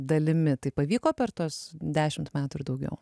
dalimi tai pavyko per tuos dešimt metų ir daugiau